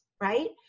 right